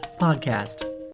podcast